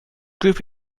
group